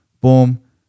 Boom